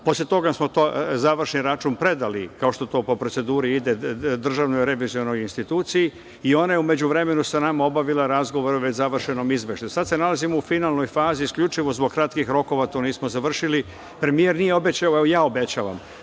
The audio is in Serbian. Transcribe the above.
Posle toga smo završni račun predali, kao što to po proceduri ide, Državnoj revizorskoj instituciji i ona je u međuvremenu sa nama obavila razgovor o već završenom izveštaju. Sad se nalazimo u finalnoj fazi, isključivo zbog kratkih rokova to nismo završili. Premijer nije obećao, evo ja obećavam